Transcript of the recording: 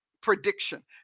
prediction